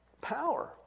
power